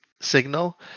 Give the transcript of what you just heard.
signal